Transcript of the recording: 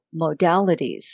modalities